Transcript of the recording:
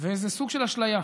וזה סוג של אשליה.